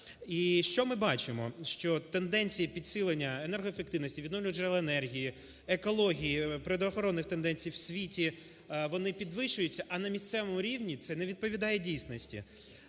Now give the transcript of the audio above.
І що ми бачимо? Що тенденція підсилення енергоефективності, відновлення джерел енергії, екології, природоохоронних тенденцій в світі, вони підвищуються, а на місцевому рівні це не відповідає дійсності.